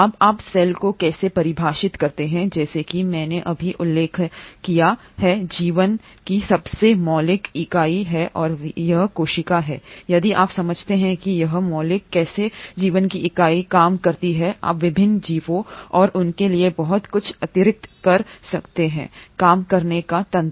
अब आप सेल को कैसे परिभाषित करते हैंजैसा कि मैंने अभी उल्लेख किया है जीवन की सबसे मौलिक इकाई है और यह कोशिका है यदि आप समझते हैं कि यह मौलिक कैसे है जीवन की इकाई काम करती है आप विभिन्न जीवों और उनके लिए बहुत कुछ अतिरिक्त कर सकते हैं काम करने का तंत्र